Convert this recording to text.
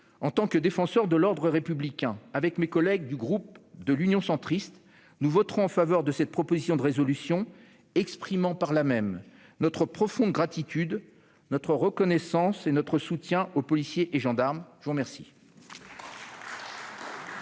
en tant que défenseurs de l'ordre républicain, mes collègues du groupe Union Centriste et moi-même voterons en faveur de cette proposition de résolution, exprimant, par là même, notre profonde gratitude, notre reconnaissance et notre soutien aux policiers et gendarmes. La parole